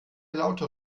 lauter